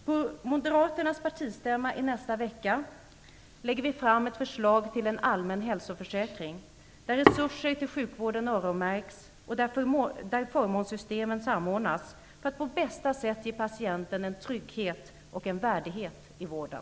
På Moderaternas partistämma i nästa vecka lägger vi fram ett förslag till en allmän hälsoförsäkring, där resurser till sjukvården öronmärks och där förmånssystemen samordnas för att på bästa sätt ge patienten en trygghet och en värdighet i vården.